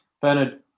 Bernard